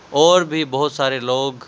اور بھی بہت سارے لوگ